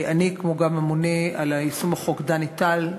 אני, כמו גם הממונה על יישום החוק דני טל,